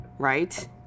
Right